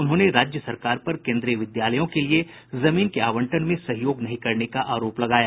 उन्होंने राज्य सरकार पर केन्द्रीय विद्यालयों के लिए जमीन के आवंटन में सहयोग नहीं करने का आरोप लगाया